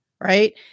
Right